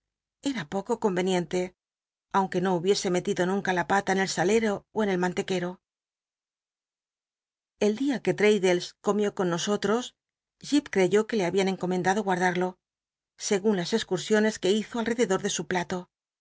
ca poco conveniente aunque no hubiese metido nunca la pala en el salero ó en el mantequero el dia que l'raddlcs com ió con nosotros jip ctcyó que le habían encomendado guardarlo segun las cscutsiones que hizo ahcdcdo de su plato